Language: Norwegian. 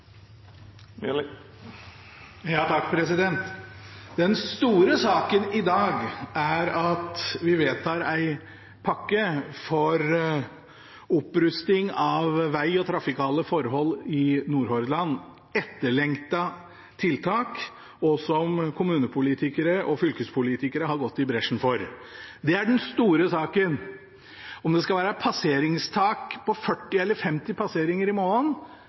Den store saken i dag er at vi vedtar en pakke for opprusting av vei og trafikale forhold i Nordhordland – etterlengtede tiltak som kommunepolitikere og fylkespolitikere har gått i bresjen for. Det er den store saken. Om det skal være et tak på 40 eller 50 passeringer i måneden,